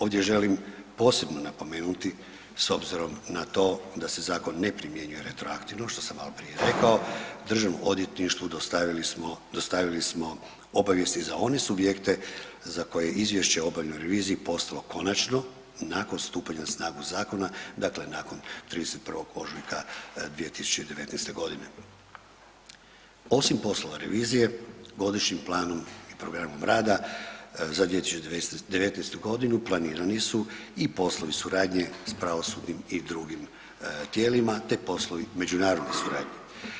Ovdje želim posebno napomenuti, s obzirom na to da se zakon ne primjenjuje retroaktivno, što sam maloprije rekao, DORH-u dostavili smo obavijesti za one subjekte za koje je izvješće o obavljanoj reviziji postalo konačno nakon stupanja na snagu zakona, dakle nakon 31. ožujka 2019. g. Osim poslova revizije, godišnjim planom i programom rada za 2019. g. planirani su i poslovi suradnje s pravosudnim i drugim tijelima te poslovi međunarodne suradnje.